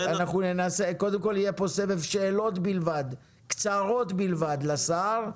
קודם כול יהיה פה סבב שאלות קצרות בלבד לשר,